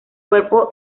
cuerpo